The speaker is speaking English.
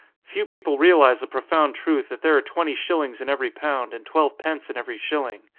few people realise the profound truth that there are twenty shillings in every pound and twelve pence in every shilling.